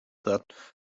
that